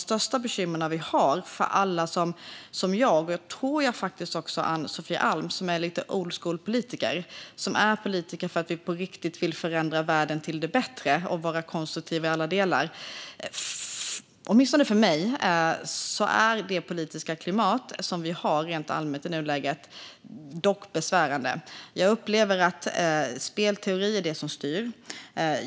För alla som liksom jag och, tror jag faktiskt, Ann-Sofie Alm, är lite av old school-politiker - vi är politiker för att vi på riktigt vill förändra världen till det bättre och vara konstruktiva i alla delar - är det politiska klimat vi har rent allmänt i nuläget besvärande. Jag upplever att spelteori är det som styr.